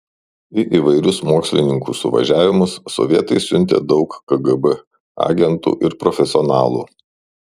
į įvairius mokslininkų suvažiavimus sovietai siuntė daug kgb agentų ir profesionalų